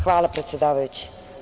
Hvala predsedavajući.